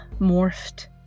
morphed